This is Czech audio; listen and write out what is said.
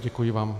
Děkuji vám.